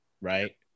right